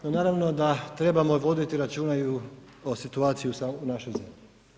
No naravno da trebamo voditi računa i o situaciji u našoj zemlji.